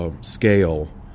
Scale